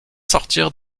sortir